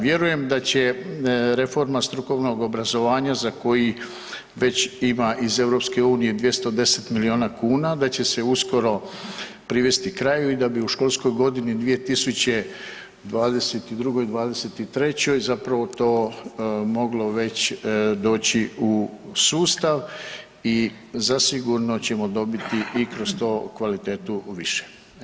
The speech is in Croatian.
Vjerujem da će reforma strukovnog obrazovanja za koji već ima iz EU 210 milijuna kuna da će se uskoro privesti kraju i da bi u školskoj godini 2022./'23. zapravo to moglo već doći u sustav i zasigurno ćemo dobiti i kroz to kvalitetu više.